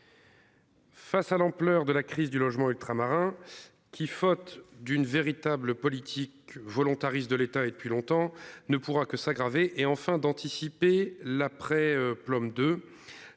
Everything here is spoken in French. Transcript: Face à l'ampleur de la crise du logement ultramarin qui, faute d'une véritable politique volontariste de l'État et depuis longtemps ne pourra que s'aggraver et enfin d'anticiper l'après-plan,